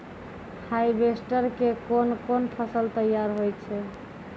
Harvester के कोन कोन फसल तैयार होय छै?